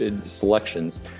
selections